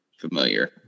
familiar